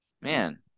man